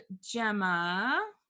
Gemma